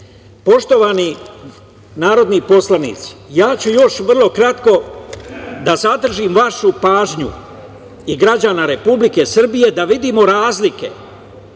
korenje. Poštovani narodni poslanici, ja ću još vrlo kratko da zadržim vašu pažnju i građana Republike Srbije da vidimo razlike